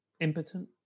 impotent